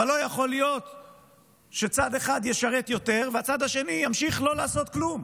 אבל לא יכול להיות שצד אחד ישרת יותר והצד השני ימשיך לא לעשות כלום.